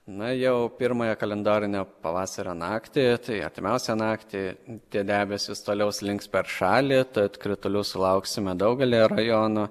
na jau pirmąją kalendorinio pavasario naktį tai artimiausią naktį tie debesys toliau slinks per šalį tad kritulių sulauksime daugelyje rajonų